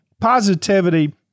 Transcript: positivity